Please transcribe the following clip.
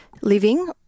living